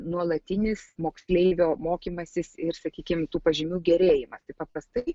nuolatinis moksleivio mokymasis ir sakykim tų pažymių gėrėjimas paprastai